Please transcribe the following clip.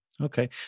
Okay